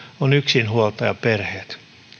on yksinhuoltajaperheet